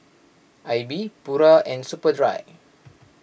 Aibi Pura and Superdry